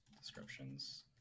descriptions